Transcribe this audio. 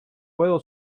puedo